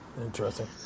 interesting